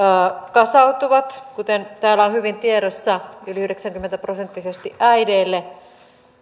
kasautuvat kuten täällä on hyvin tiedossa yli yhdeksänkymmentä prosenttisesti äideille